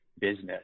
business